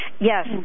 Yes